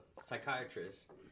psychiatrist